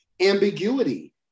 ambiguity